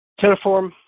Terraform